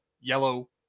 yellow